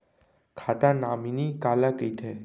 खाता नॉमिनी काला कइथे?